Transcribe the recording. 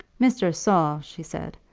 mr. saul, she said,